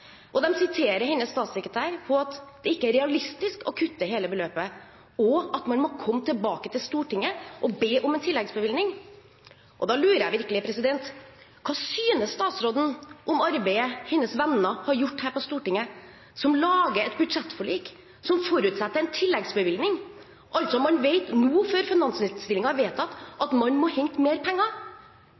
Hennes statssekretær blir sitert på at det ikke er realistisk å kutte hele beløpet, og at man må komme tilbake til Stortinget og be om en tilleggsbevilgning. Da lurer jeg virkelig på hva statsråden synes om arbeidet hennes venner har gjort her på Stortinget, som lager et budsjettforlik som forutsetter en tilleggsbevilgning. Man vet altså nå, før finansinnstillingen er vedtatt, at man må hente mer penger.